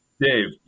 Dave